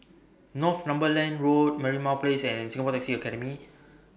Northumberland Road Merlimau Place and Singapore Taxi Academy